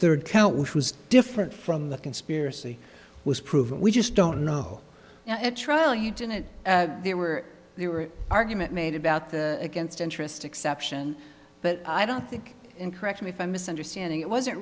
third count which was different from the conspiracy was proven we just don't know at trial you did it there were there were argument made about the against interest exception but i don't think and correct me if i'm misunderstanding it wasn't